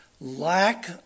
lack